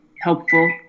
helpful